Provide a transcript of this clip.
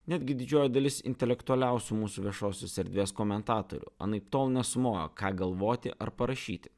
netgi didžioji dalis intelektualiausių mūsų viešosios erdvės komentatorių anaiptol nesumojo ką galvoti ar parašyti